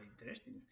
interesting